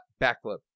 backflip